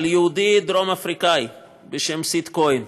על יהודי דרום אפריקני בשם סיד כהן,